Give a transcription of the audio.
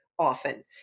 Often